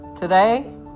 Today